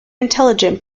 intelligent